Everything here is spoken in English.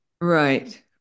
Right